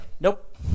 Nope